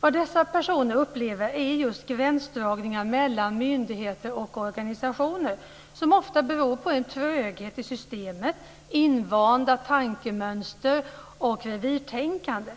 Vad dessa personer upplever är just gränsdragningar mellan myndigheter och organisationer som ofta beror på en tröghet i systemet, invanda tankemönster och revirtänkande.